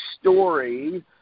story